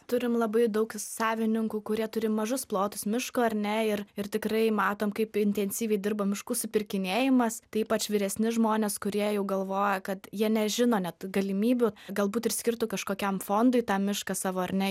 turim labai daug savininkų kurie turi mažus plotus miško ar ne ir ir tikrai matom kaip intensyviai dirba miškų supirkinėjimas ypač vyresni žmonės kurie jau galvoja kad jie nežino net galimybių galbūt ir skirtų kažkokiam fondui tą mišką savo ar ne